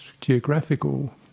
geographical